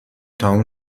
تموم